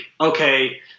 okay